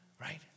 right